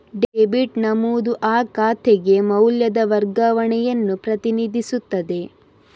debit ನಮೂದು ಆ ಖಾತೆಗೆ ಮೌಲ್ಯದ ವರ್ಗಾವಣೆಯನ್ನು ಪ್ರತಿನಿಧಿಸುತ್ತದೆ